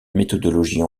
méthodologie